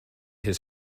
his